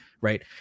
right